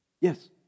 Yes